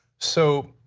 so